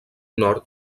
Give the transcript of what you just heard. nord